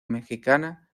mexicana